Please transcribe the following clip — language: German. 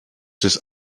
des